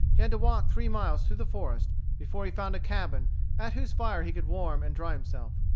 he had to walk three miles through the forest before he found a cabin at whose fire he could warm and dry himself.